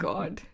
God